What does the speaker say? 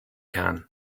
can